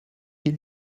ils